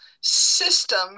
system